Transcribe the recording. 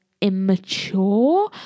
immature